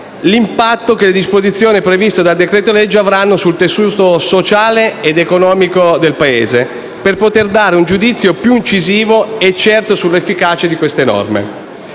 l'impatto che le disposizioni previste dal decreto-legge avranno sul tessuto sociale ed economico del Paese per poter dare un giudizio più incisivo e certo sull'efficacia di queste norme.